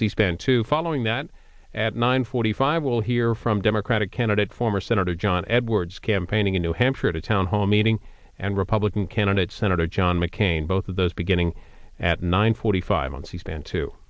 c span two following that at nine forty five we'll hear from democratic candidate former senator john edwards campaigning in new hampshire at a town hall meeting and republican candidate senator john mccain both of those beginning at nine forty five on c span t